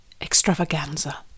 Extravaganza